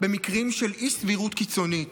במקרים של אי-סבירות קיצונית,